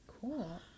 Cool